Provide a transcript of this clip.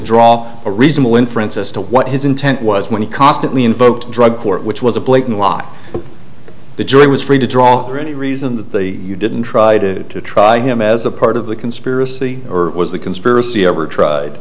draw a reasonable inference as to what his intent was when he constantly invoked drug court which was a blatant lie the jury was free to draw any reason that they you didn't try to to try him as a part of the conspiracy or was the conspiracy